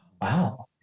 Wow